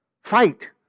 fight